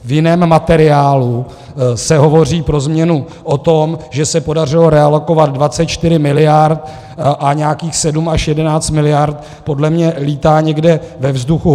V jiném materiálu se hovoří pro změnu o tom, že se podařilo realokovat 24 mld. a nějakých 7 až 11 mld. podle mě létá někde ve vzduchu.